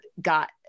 got